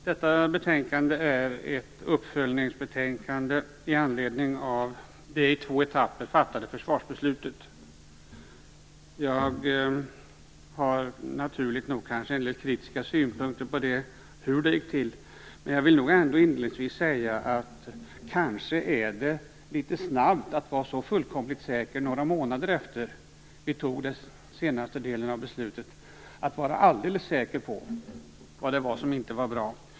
Fru talman! Detta betänkande är ett uppföljningsbetänkande i anledning av det i två etapper fattade försvarsbeslutet. Jag har, naturligt nog kanske, en del kritiska synpunkter på hur det beslutet fattades, men jag vill ändå inledningsvis säga att det kanske några månader efter det att den senare delen av beslutet fattades är litet tidigt att vara alldeles säker på vad det var som inte var bra.